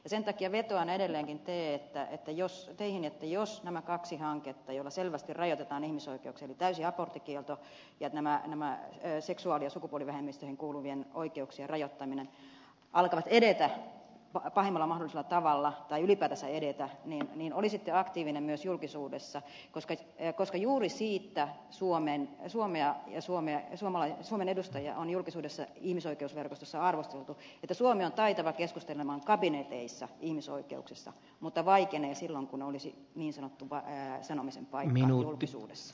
sen takia vetoan edelleenkin teihin että jos nämä kaksi hanketta joilla selvästi rajoitetaan ihmisoikeuksia eli täysi aborttikielto ja seksuaali ja sukupuolivähemmistöihin kuuluvien oikeuksien rajoittaminen alkavat edetä pahimmalla mahdollisella tavalla tai ylipäätänsä edetä niin olisitte aktiivinen myös julkisuudessa koska juuri siitä suomea ja suomi on iso maa ja suomen edustajia on julkisuudessa ihmisoikeusverkostossa arvosteltu että suomi on taitava keskustelemaan kabineteissa ihmisoikeuksista mutta vaikenee silloin kun olisi niin sanottu sanomisen paikka julkisuudessa